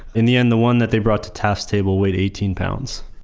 in the end, the one that they brought to taft's table weighed eighteen pounds.